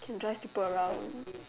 can drive people around